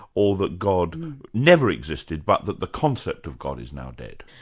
or that god never existed but that the concept of god is now dead?